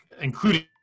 including